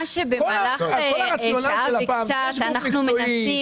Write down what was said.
את מבינה שבמשך שעה וקצת אנחנו מנסים